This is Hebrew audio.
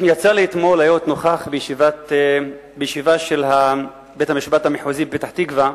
יצא לי אתמול להיות נוכח בישיבה של בית-המשפט המחוזי בפתח-תקווה,